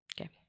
Okay